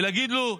ולהגיד לו: